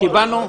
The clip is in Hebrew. בצלאל,